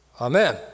Amen